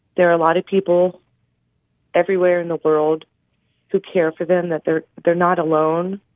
there are a lot of people everywhere in the world who care for them, that they're they're not alone,